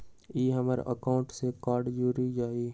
ई हमर अकाउंट से कार्ड जुर जाई?